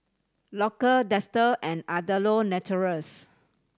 Loacker Dester and Andalou Naturals